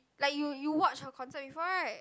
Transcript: like you you watch her concert before right